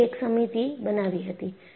તેની એક સમિતિ બનાવી હતી